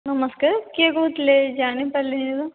ନମସ୍କାର କିଏ କହୁଥିଲେ ଜାଣିପାରିଲିନି ତ